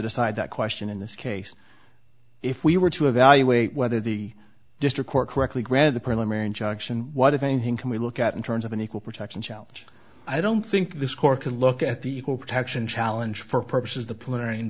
decide that question in this case if we were to evaluate whether the district court correctly granted the preliminary injunction what if anything can we look at in terms of an equal protection challenge i don't think this court can look at the equal protection challenge for purposes the p